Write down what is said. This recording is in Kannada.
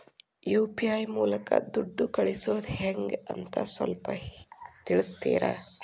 ಯು.ಪಿ.ಐ ಮೂಲಕ ದುಡ್ಡು ಕಳಿಸೋದ ಹೆಂಗ್ ಅಂತ ಸ್ವಲ್ಪ ತಿಳಿಸ್ತೇರ?